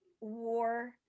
war